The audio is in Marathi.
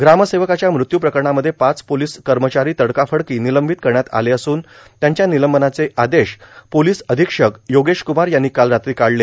ग्रामसेवकाच्या मृत्यू प्रकरणांमध्ये पाच पोर्लस कमचारी तडकाफडका र्विलंबीत करण्यात आले असून त्यांच्या निलंबनाचे आदेश पोर्गलस र्गधक्षक योगेशक्रमार यांनी काल रात्री काढले